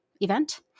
event